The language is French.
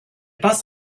passe